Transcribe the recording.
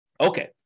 Okay